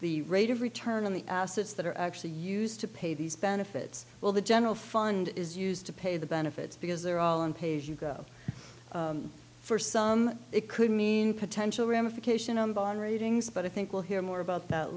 the rate of return on the assets that are actually used to pay these benefits while the general fund is used to pay the benefits because they're all on page you go for some it could mean potential ramification on bond ratings but i think we'll hear more about that